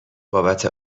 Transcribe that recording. بابت